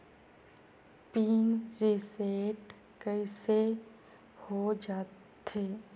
Pin reset कइसे हो जाथे?